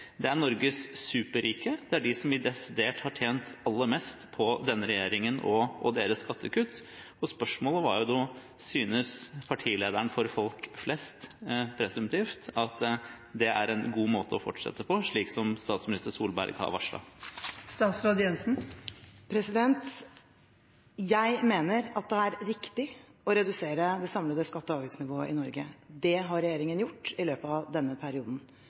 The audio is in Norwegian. Det er Norges superrike, det er de som desidert har tjent aller mest på denne regjeringen og deres skattekutt. Spørsmålet er: Synes partilederen for folk flest presumptivt at det er en god måte å fortsette på, slik statsminister Solberg har varslet? Jeg mener at det er riktig å redusere det samlede skatte- og avgiftsnivået i Norge, og det har regjeringen gjort i løpet av denne perioden.